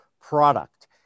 product